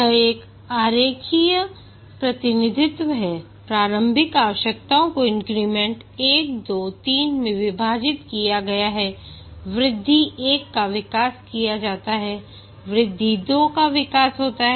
यह एक आरेखीय प्रतिनिधित्व है प्रारंभिक आवश्यकताओं को इन्क्रीमेंट1 2 3 में विभाजित किया गया है वृद्धि 1 का विकास किया जाता है वृद्धि 2 का विकास होता है